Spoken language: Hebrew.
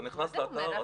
אתה נכנס לאתר,